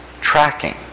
tracking